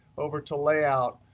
over to layout.